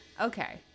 Okay